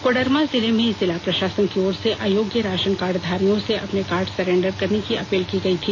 कोडरमा जिले में जिला प्रषासन की ओर से अयोग्य राषन कार्डधारियों से अपने कार्ड सरेंडर करने की अपील की गई थी